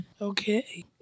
Okay